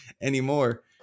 anymore